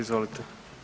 Izvolite.